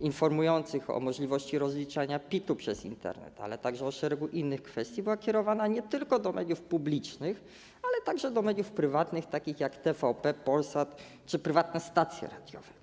informujących o możliwości rozliczania PIT-ów przez Internet, ale także o szeregu innych kwestii, było kierowanych nie tylko do mediów publicznych, ale także do mediów prywatnych, takich jak TVN, Polsat czy prywatne stacje radiowe.